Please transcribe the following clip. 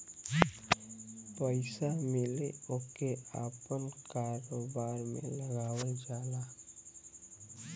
पइसा मिले ओके आपन कारोबार में लगावेला